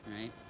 right